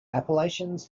appalachians